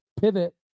pivot